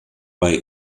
bei